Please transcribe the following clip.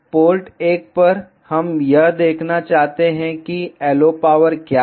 port 1 पर हम यह देखना चाहते हैं कि LO पावर क्या है